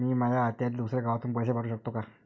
मी माया आत्याले दुसऱ्या गावातून पैसे पाठू शकतो का?